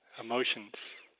emotions